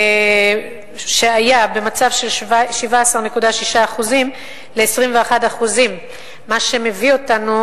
היה מצב של 17.6% של 21%. מה שמביא אותנו,